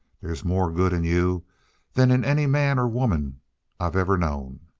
there's more good in you than in any man or woman i've ever known.